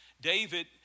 David